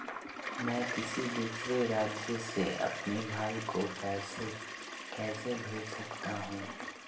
मैं किसी दूसरे राज्य से अपने भाई को पैसे कैसे भेज सकता हूं?